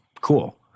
cool